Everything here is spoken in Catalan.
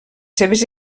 seves